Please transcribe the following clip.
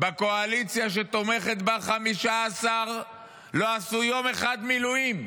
בקואליציה שתומכת בה, 15 לא עשו יום אחד מילואים,